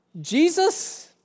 Jesus